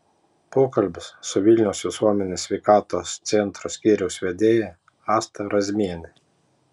pokalbis su vilniaus visuomenės sveikatos centro skyriaus vedėja asta razmiene